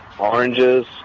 Oranges